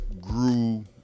grew